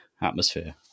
atmosphere